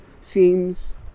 seems